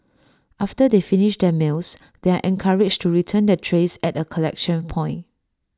after they finish their meals they are encouraged to return their trays at A collection point